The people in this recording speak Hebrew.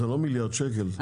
זה לא מיליארד שקל.